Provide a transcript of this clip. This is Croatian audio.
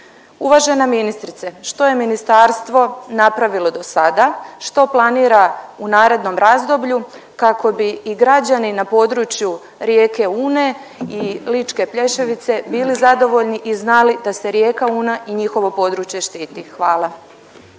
Uvažena ministrice što je ministarstvo napravilo do sada, što planira u narednom razdoblju kako bi i građani na području rijeke Une i Ličke Plješivice bili zadovoljni i znali da se rijeka Una i njihovo područje štiti? Hvala.